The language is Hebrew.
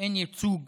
אין ייצוג